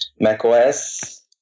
macOS